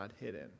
hidden